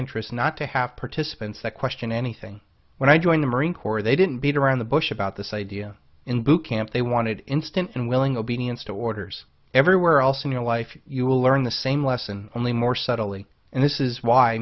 interest not to have participants that question any when i joined the marine corps they didn't beat around the bush about this idea in boot camp they wanted instant and willing obedience to orders everywhere else in your life you will learn the same lesson only more subtly and this is why